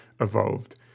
evolved